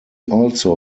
also